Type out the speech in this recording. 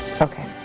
Okay